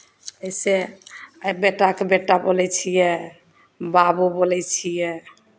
जैसे बेटाकेँ बेटा बोलै छियै बाबू बोलै छियै